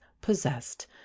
POSSESSED